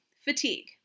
Fatigue